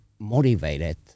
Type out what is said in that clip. motivated